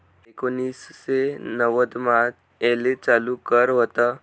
एकोनिससे नव्वदमा येले चालू कर व्हत